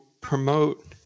promote